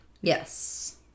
Yes